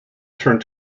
turned